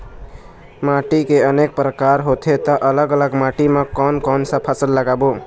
माटी के अनेक प्रकार होथे ता अलग अलग माटी मा कोन कौन सा फसल लगाबो?